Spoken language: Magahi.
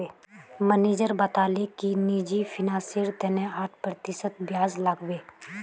मनीजर बताले कि निजी फिनांसेर तने आठ प्रतिशत ब्याज लागबे